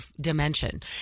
dimension